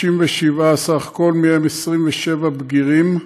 67 בסך הכול, ובהם 27 בגירים,